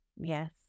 Yes